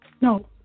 No